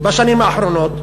בשנים האחרונות?